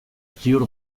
ziur